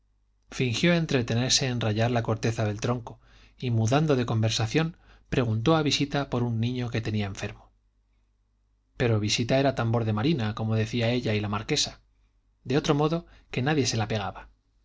fingió entretenerse en rayar la corteza del tronco y mudando de conversación preguntó a visita por un niño que tenía enfermo pero visita era tambor de marina como decían ella y la marquesa de otro modo que nadie se la pegaba